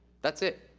that's it.